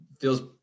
feels